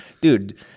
dude